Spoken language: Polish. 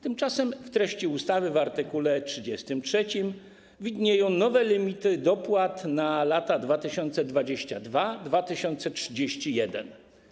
Tymczasem w treści ustawy w art. 33 widnieją nowe limity dopłat na lata 2022-2031.